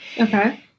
Okay